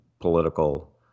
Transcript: political